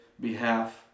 behalf